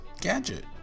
Gadget